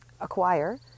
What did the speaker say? acquire